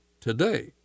today